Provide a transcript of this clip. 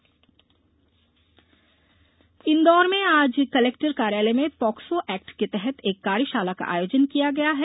कार्यशाला इंदौर में आज कलेक्टर कार्यालय में पाक्सो एक्ट के तहत एक कार्यशाला का आयोजन किया गया है